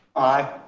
aye.